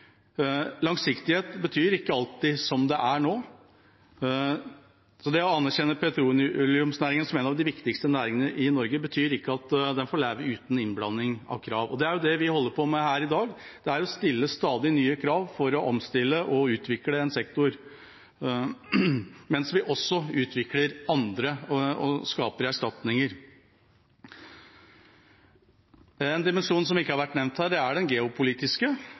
alltid «som det er nå». Så det å anerkjenne petroleumsnæringen som en av de viktigste næringene i Norge betyr ikke at den får leve uten innblanding av krav. Det er jo det vi holder på med her i dag, å stille stadig nye krav for å omstille og utvikle en sektor, mens vi også utvikler andre og skaper erstatninger. En dimensjon som ikke har vært nevnt her, er den geopolitiske.